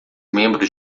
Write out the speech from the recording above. membros